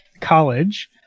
college